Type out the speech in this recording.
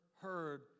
heard